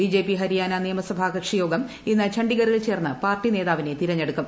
B J P Haryana നിയമസഭാ കക്ഷി യോഗം ഇന്ന് ചണ്ഡിഗറിൽ ചേർന്ന് പാർട്ടി നേതാവിനെ തിരഞ്ഞെടുക്കും